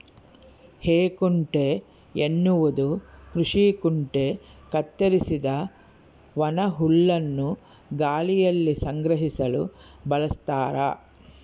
ಹೇಕುಂಟೆ ಎನ್ನುವುದು ಕೃಷಿ ಕುಂಟೆ ಕತ್ತರಿಸಿದ ಒಣಹುಲ್ಲನ್ನು ಗಾಳಿಯಲ್ಲಿ ಸಂಗ್ರಹಿಸಲು ಬಳಸ್ತಾರ